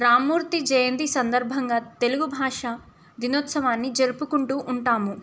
రామూర్తి జయంతీ సందర్భంగా తెలుగు భాష దినోత్సవాన్ని జరుపుకుంటూ ఉంటాము